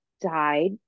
died